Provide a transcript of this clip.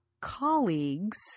colleagues